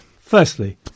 Firstly